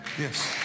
Yes